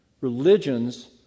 religions